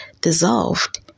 dissolved